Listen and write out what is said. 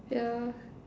yeah